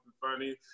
funny